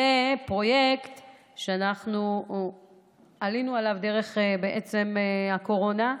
זה פרויקט שעלינו עליו דרך הקורונה.